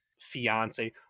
fiance